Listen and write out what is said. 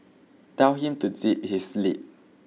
tell him to zip his lip